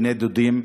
בני-דודים.